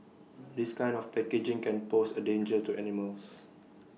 this kind of packaging can pose A danger to animals